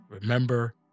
remember